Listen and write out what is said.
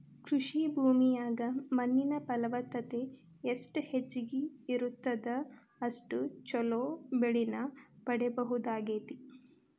ಕೃಷಿ ಭೂಮಿಯಾಗ ಮಣ್ಣಿನ ಫಲವತ್ತತೆ ಎಷ್ಟ ಹೆಚ್ಚಗಿ ಇರುತ್ತದ ಅಷ್ಟು ಚೊಲೋ ಬೆಳಿನ ಪಡೇಬಹುದಾಗೇತಿ